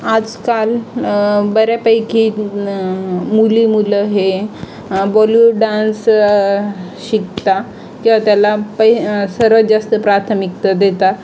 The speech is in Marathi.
आजकाल बऱ्यापैकी न मुली मुलं हे बॉलीवूड डान्स शिकतात किंवा तर त्याला पै सर्वात जास्त प्राथमिकता देतात